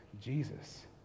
Jesus